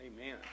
Amen